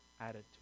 attitude